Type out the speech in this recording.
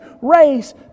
race